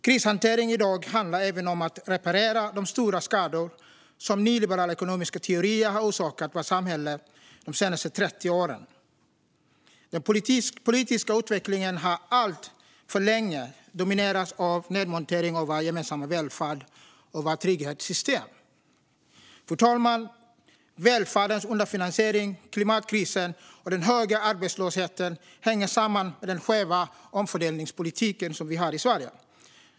Krishanteringen i dag handlar även om att reparera de stora skador som nyliberala ekonomiska teorier har orsakat vårt samhälle de senaste 30 åren. Den politiska utvecklingen har alltför länge dominerats av nedmontering av vår gemensamma välfärd och våra trygghetssystem. Fru talman! Välfärdens underfinansiering, klimatkrisen och den höga arbetslösheten hänger samman med den skeva omfördelningspolitik vi har i Sverige.